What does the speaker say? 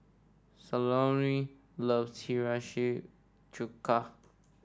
Salome loves Hiyashi Chuka